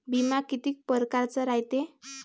बिमा कितीक परकारचा रायते?